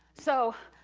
so,